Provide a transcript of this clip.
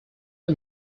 who